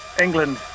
England